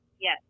Yes